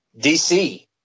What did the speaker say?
DC